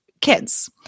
kids